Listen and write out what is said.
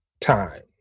time